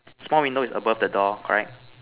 small window is above the door correct